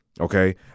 okay